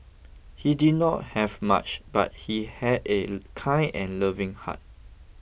he did not have much but he had a kind and loving heart